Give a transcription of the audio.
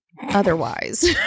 otherwise